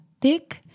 thick